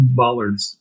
bollards